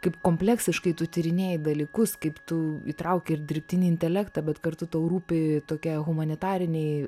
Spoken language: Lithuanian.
kaip kompleksiškai tu tyrinėji dalykus kaip tu įtrauki ir dirbtinį intelektą bet kartu tau rūpi tokia humanitariniai